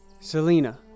Selena